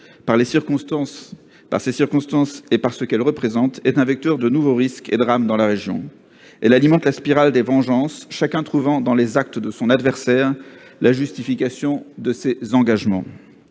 par ses circonstances et par ce qu'elle représente, est un vecteur de nouveaux risques et drames dans la région. Elle alimente la spirale des vengeances, chacun trouvant dans les actes de son adversaire la justification de ses engagements.